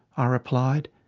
ah replied,